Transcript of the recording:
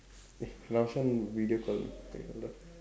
eh Raushan video call okay hold on